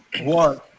one